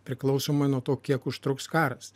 priklausomai nuo to kiek užtruks karas